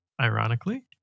Ironically